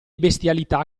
bestialità